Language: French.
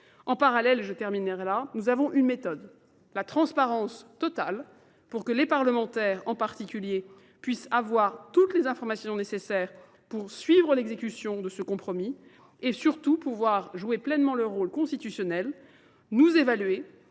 En parallèle, nous avons une méthode, la transparence totale, pour que les parlementaires puissent avoir toutes les informations nécessaires pour suivre l'exécution de ce compromis et surtout pouvoir jouer pleinement leur rôle constitutionnel nous évaluer